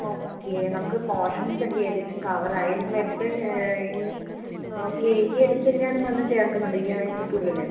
okay നമുക്ക് portions ഒക്കെ ഏകദേശം കവർ ആയി നിങ്ങൾ എപ്പഴ് ഓക്കേ ഈ അടുത്ത് എങ്ങാനും വന്ന് ചേർക്കുന്നുണ്ടോ ഈ ആഴ്ചക്കുള്ളിൽ